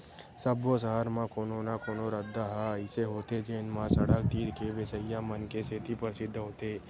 सब्बो सहर म कोनो न कोनो रद्दा ह अइसे होथे जेन म सड़क तीर के बेचइया मन के सेती परसिद्ध होथे